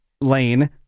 Lane